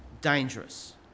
dangerous